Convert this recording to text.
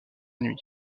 nuit